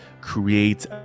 create